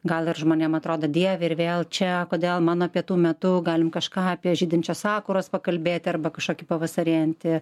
gal ir žmonėm atrodo dieve ir vėl čia kodėl mano pietų metu galim kažką apie žydinčias sakuras pakalbėti arba kažkokį pavasarėjantį